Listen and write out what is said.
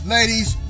Ladies